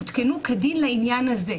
הותקנו כדין לעניין הזה,